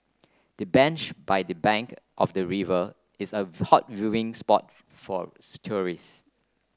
the bench by the bank of the river is a hot viewing spot for for tourists